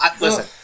Listen